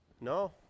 No